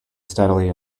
steadily